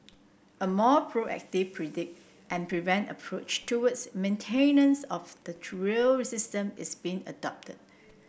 a more proactive predict and prevent approach towards maintenance of the rail system is being adopted